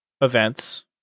events